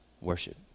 worship